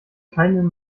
keinen